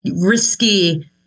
risky